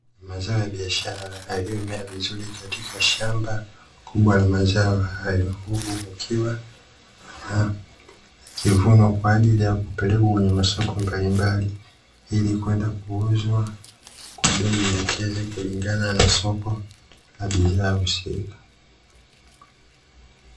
Mazao ya biashara yaliyomea vizuri katika shamba kubwa la mazao hayo, huku kukiwa na ya kivunwa kwaajili ya kupelekwa kwenye masoko mbalimbali, ili kwenda kuuzwa kwa bei elekezi kulingana na soko la bidhaa husika.